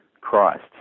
Christ